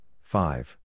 five